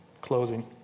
closing